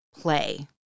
play